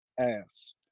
ass